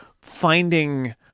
finding